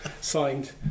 signed